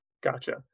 Gotcha